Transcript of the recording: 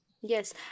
Yes